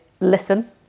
listen